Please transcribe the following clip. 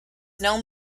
known